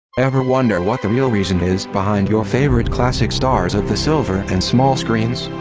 ever wonder what the reel reason is behind your favorite classic stars of the silver and small screens?